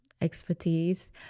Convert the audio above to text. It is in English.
expertise